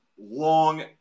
long